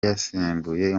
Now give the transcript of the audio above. yasimbuye